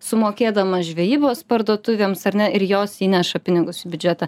sumokėdamas žvejybos parduotuvėms ar ne ir jos įneša pinigus į biudžetą